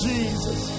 Jesus